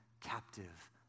captive